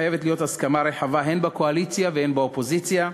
חייבת להיות הסכמה רחבה הן בקואליציה והן באופוזיציה,